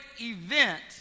event